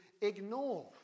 ignore